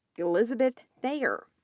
elizabeth thayer,